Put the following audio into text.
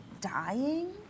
dying